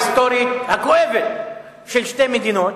אני אמרתי שאני תומך בפשרה ההיסטורית הכואבת של שתי מדינות.